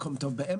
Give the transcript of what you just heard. מקום טוב באמצע?